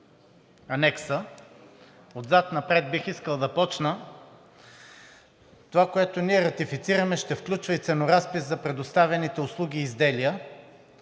отзад напред. Това, което ние ратифицираме, ще включва и ценоразпис за предоставяните услуги и изделия.